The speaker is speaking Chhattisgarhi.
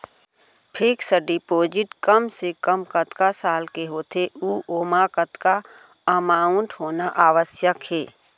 फिक्स डिपोजिट कम से कम कतका साल के होथे ऊ ओमा कतका अमाउंट होना आवश्यक हे?